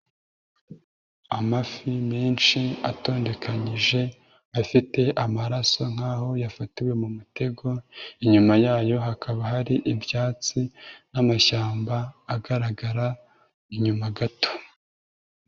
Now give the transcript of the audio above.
Amafi menshi atondekanyije afite amaraso nk'aho yafatiwe mu mutego, inyuma yayo hakaba hari ibyatsi n'amashyamba agaragara inyuma gato.